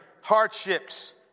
hardships